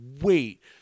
wait